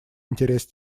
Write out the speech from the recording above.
интерес